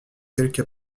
quelque